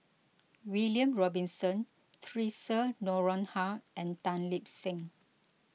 William Robinson theresa Noronha and Tan Lip Seng